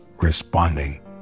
responding